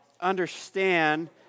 understand